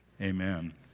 amen